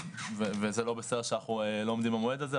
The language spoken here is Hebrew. וזה לא בסדר שאנחנו לא עומדים במועד הזה,